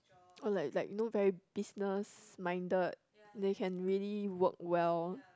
or like like you know very business minded then you can really work well